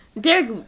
Derek